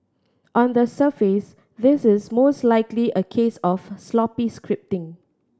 on the surface this is most likely a case of sloppy scripting